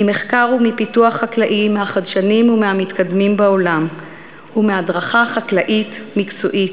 ממחקר ומפיתוח חקלאי מהחדשניים והמתקדמים בעולם ומהדרכה חקלאית מקצועית,